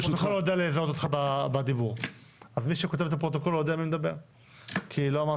אני מציע